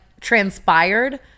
transpired